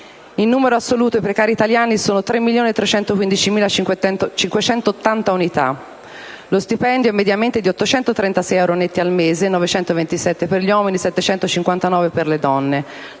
In numero assoluto, i precari italiani sono 3.315.580 unità: lo stipendio è mediamente di 836 euro netti al mese (927 euro mensili per i maschi e 759 per le donne).